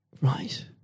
Right